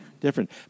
different